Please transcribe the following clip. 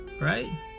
right